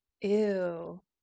Ew